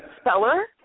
speller